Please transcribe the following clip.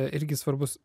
irgi svarbūs